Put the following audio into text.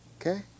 Okay